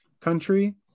country